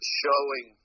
showing